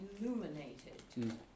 illuminated